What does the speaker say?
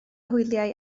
hwyliau